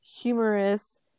humorous